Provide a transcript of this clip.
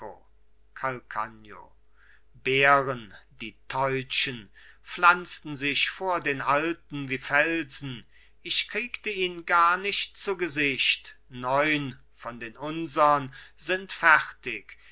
bären die teutschen pflanzten sich vor den alten wie felsen ich kriegte ihn gar nicht zu gesicht neun von den unsern sind fertig